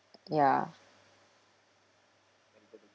ya